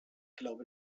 glaube